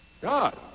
God